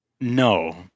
No